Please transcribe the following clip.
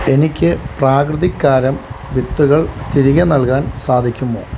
എനിക്ക് പ്രാകൃതിക്കാരം വിത്തുകൾ തിരികെ നൽകാൻ സാധിക്കുമോ